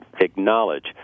acknowledge